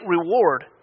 reward